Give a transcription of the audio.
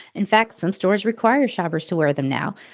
in fact, some stores require shoppers to wear them now.